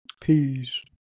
Peace